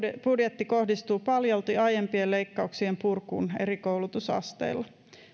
budjetti kohdistuu paljolti aiempien leikkauksien purkuun eri koulutusasteilla